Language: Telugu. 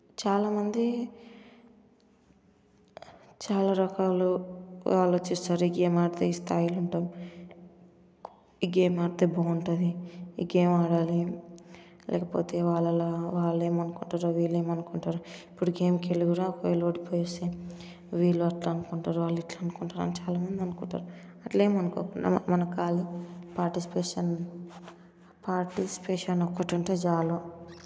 చాలామంది చాలా రకాలు ఆలోచిస్తారు ఈ గేమ్ ఆడితే ఈ స్థాయిలో ఉంటాం ఈ గేమ్ ఆడితే బాగుంటుంది ఈ గేమ్ ఆడాలి లేకపోతే వాళ్ళు అలా వాళ్ళు ఏమనుకుంటారో వీళ్ళు ఏమనుకుంటారు ఇప్పుడు గేమ్కు వెళ్ళి కూడా ఒకవేళ ఓడిపోయి వస్తే వీళ్ళి అట్లా అనుకుంటారు వాళ్ళి ఇట్లా అనుకుంటారు అని చాలామంది అనుకుంటారు అట్లా ఏమీ అనుకోకుండా మనకు కాదు పార్టిసిపేషన్ పార్టిసిపేషన్ ఒకటి ఉంటే చాలు